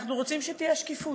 אנחנו רוצים שתהיה שקיפות.